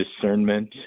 discernment